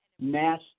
mass